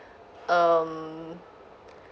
um